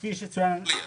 כפי שצוין,